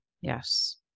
Yes